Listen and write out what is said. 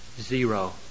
zero